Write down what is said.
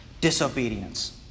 Disobedience